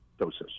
doses